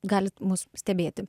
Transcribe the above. galit mus stebėti